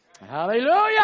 Hallelujah